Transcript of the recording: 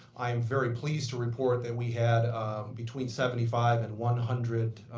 i'm very pleased to report that we had between seventy five and one hundred